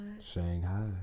Shanghai